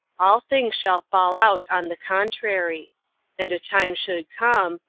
all things shall fall out on the contrary and a time should come,